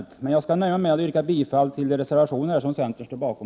Jag skall emellertid nöja mig med att yrka bifall till de reservationer centern står bakom.